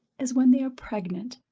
as when they are pregnant.